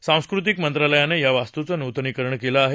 सांस्कृतिक मंत्रालयानं या वास्तूंचं नुतनीकरण केलं आहे